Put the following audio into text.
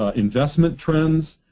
ah investment trends.